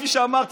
כפי שאמרתי,